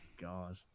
God